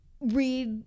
read